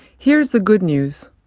here's the good news.